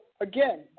again